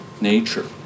nature